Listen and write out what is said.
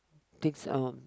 things on